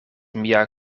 mia